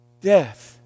Death